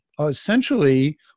essentially